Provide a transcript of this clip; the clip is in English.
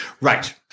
Right